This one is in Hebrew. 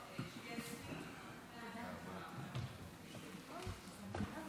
אז על מה אני רוצה לדבר